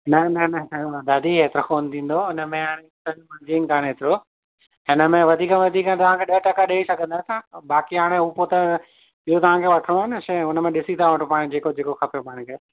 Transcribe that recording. न न असांखे न दादी एतिरो कोन थींदो हिन में हाणे त मार्जिन कान्हे एतिरो हिन में वधीक वधीक तव्हांखे ॾह टका ॾेई सघंदासि असां बाक़ी हाणे हू पोइ त जेको तव्हांखे वठिणो आहे न शइ हुन में ॾिसी था वठूं पाण जेको जेको खपे पाण खे